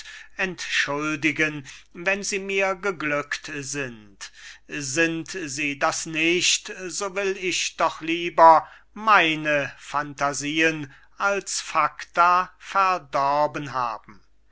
entschuldigen wenn sie mir geglückt sind sind sie das nicht so will ich doch lieber meine phantasien als facta verdorben haben